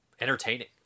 entertaining